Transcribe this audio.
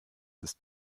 ist